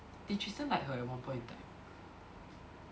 did tristen like her at one point in time